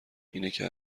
اینکه